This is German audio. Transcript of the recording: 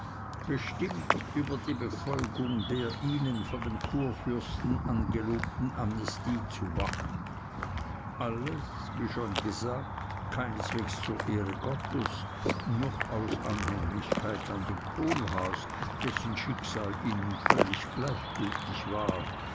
bestimmt über die befolgung der ihnen von dem kurfürsten angelobten amnestie zu wachen alles wie schon gesagt keineswegs zur ehre gottes noch aus anhänglichkeit an den kohlhaas dessen schicksal ihnen völlig gleichgültig war